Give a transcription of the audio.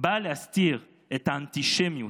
באה להסתיר את האנטישמיות,